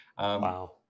Wow